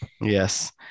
Yes